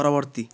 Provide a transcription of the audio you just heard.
ପରବର୍ତ୍ତୀ